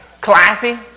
Classy